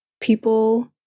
people